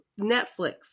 Netflix